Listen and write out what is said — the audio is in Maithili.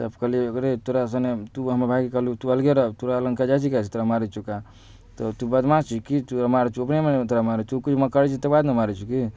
तब कहलियै रै तोरा सने तु हमर भाइके कहलु तु अलगे रह तु ओकरा लग जाइत छी किआ जे तोरा मारैत छहुँ तऽ तु बदमाश छिही कि तोरा मारै छौ अपना मने तोरा मारैत छौ तु किछु करैत छी तकरबाद ने मारैत छौ कि